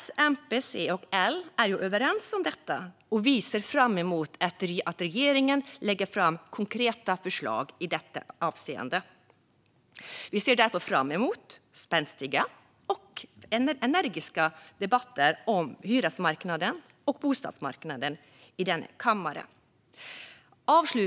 S, MP, C och L är överens om detta, och vi ser fram emot att regeringen lägger fram konkreta förslag i detta avseende. Vi ser sålunda fram emot spänstiga och energiska debatter om hyresmarknaden och bostadsmarknaden i denna kammare.